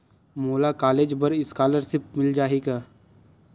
मोला कॉलेज बर स्कालर्शिप मिल जाही का?